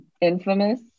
infamous